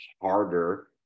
harder